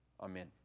amen